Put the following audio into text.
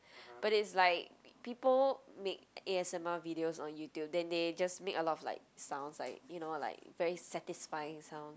but it's like people make a_s_m_r videos on YouTube then they just make a lot of like sounds like you know like very satisfying sounds